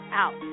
out